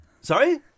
sorry